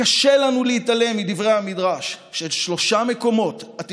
קשה לנו להתעלם מדברי המדרש ששלושה מקומות אין